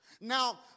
Now